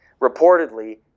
Reportedly